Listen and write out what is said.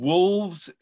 Wolves